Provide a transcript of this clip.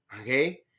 okay